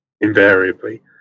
Invariably